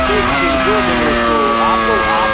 ठीक ठीक जोड़ देंगे उसको आपको आप